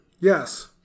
Yes